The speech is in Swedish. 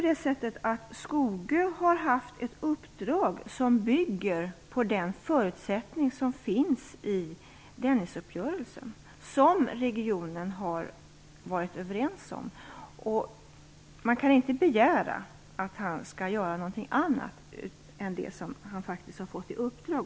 Men Ingemar Skogö har ju haft ett uppdrag som bygger på den förutsättning som finns i Dennisuppgörelsen, vilken man i regionen har varit överens om. Man kan inte begära att han skall göra någonting annat än det som han faktiskt har fått i uppdrag.